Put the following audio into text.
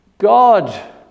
God